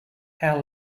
how